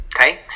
okay